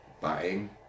buying